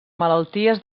malalties